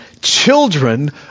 children